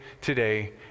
today